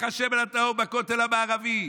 ביקשו לשנות את פך השמן הטהור בכותל המערבי,